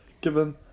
given